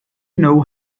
know